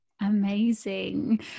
Amazing